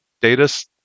data